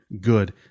good